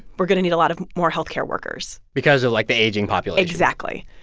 we're going to need a lot of more health care workers because of, like, the aging population exactly.